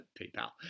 PayPal